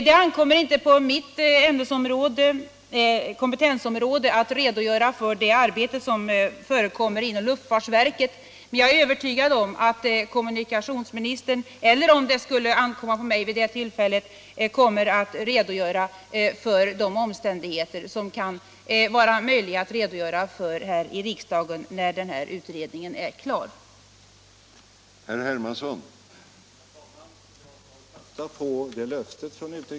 Det faller inte inom mitt kompetensområde att redogöra för det arbete som utförs inom luftfartsverket, men jag är övertygad om att kommunikationsministern eller, om det skulle ankomma på mig vid det tillfället, jag själv kommer att redogöra för de omständigheter som det kan vara möjligt att redovisa här i riksdagen när denna utredning är klar.